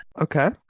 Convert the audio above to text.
Okay